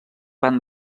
van